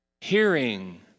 hearing